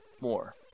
more